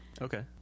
Okay